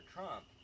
Trump